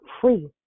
free